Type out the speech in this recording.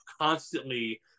constantly